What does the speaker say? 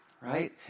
right